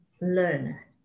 learner